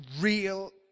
real